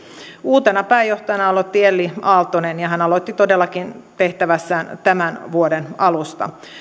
uutena pääjohtajana aloitti elli aaltonen ja hän aloitti todellakin tehtävässään tämän vuoden alusta